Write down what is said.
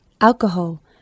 alcohol